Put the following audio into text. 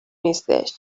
نیستش